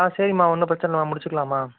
ஆ சரிம்மா ஒன்றும் பிரச்சனை இல்லை முடிச்சுக்கலாம்மா